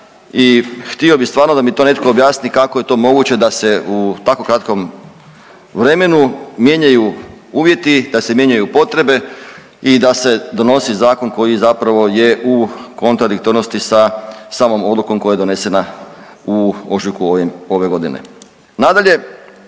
i htio bih stvarno da mi to netko objasni kako je to moguće da se u tako kratkom vremenu mijenjaju uvjeti, da se mijenjaju potrebe i da se donosi zakon koji zapravo je u kontradiktornosti sa samom odlukom koja je donesena u ožujku ove godine. Nadalje,